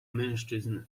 mężczyzn